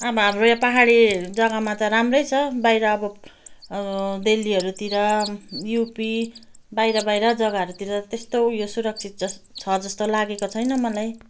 अब हाम्रो यो पाहाडी जग्गामा त राम्रै छ बाहिर अब अब दिल्लीहरूतिर युपी बाहिर बाहिर जग्गाहरूतिर त्यस्तो यो सुरक्षित छ जस्तो लागेको छैन मलाई